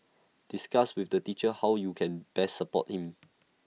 discuss with the teacher how you can best support him